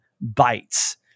Bites